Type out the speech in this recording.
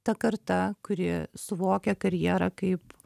ta karta kuri suvokia karjerą kaip